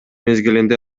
мезгилинде